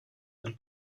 would